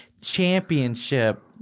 championship